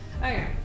Okay